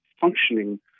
functioning